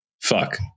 fuck